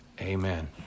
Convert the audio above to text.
Amen